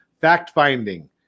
fact-finding